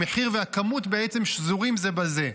המחיר והכמות בעצם שזורים זה בזה,